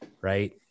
Right